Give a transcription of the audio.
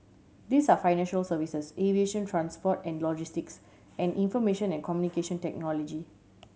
these are financial services aviation transport and logistics and information and Communication Technology